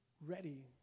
ready